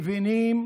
מבינים